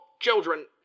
children